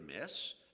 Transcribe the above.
miss